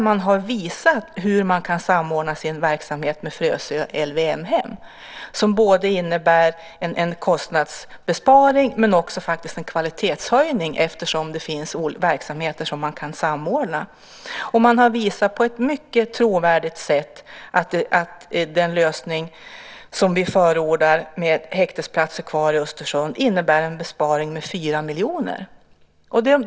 Man har visat hur man kan samordna verksamhet med Frösö LVM-hem. Det innebär en kostnadsbesparing men också en kvalitetshöjning, eftersom man kan samordna verksamheter. Man har på ett mycket trovärdigt sätt visat att den lösning som vi förordar, med häktesplatser i Östersund, innebär en besparing med 4 miljoner.